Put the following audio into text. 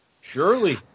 surely